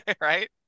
Right